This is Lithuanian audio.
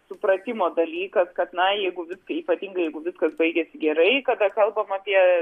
supratimo dalykas kad na jeigu viską ypatingai jeigu viskas baigėsi gerai kada kalbama apie